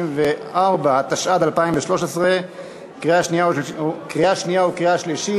134), התשע"ד 2013. קריאה שנייה וקריאה שלישית.